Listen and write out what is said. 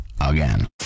again